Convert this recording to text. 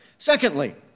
Secondly